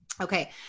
Okay